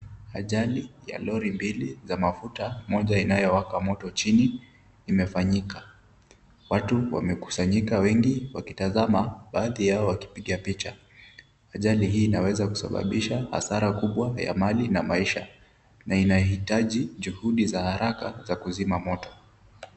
Ajali ya lori mbili za mafuta, moja inayowaka moto chini imefanyika. Watu wamekusanyika wengi wakitazama, baadhi yao wakipiga picha. Ajali hii inaweza kusababisha hasara kubwa ya mali na maisha, na inahitaji juhudi za haraka za kuzima moto.